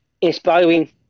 inspiring